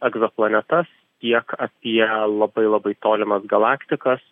egzoplanetas tiek apie labai labai tolimas galaktikas